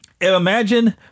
imagine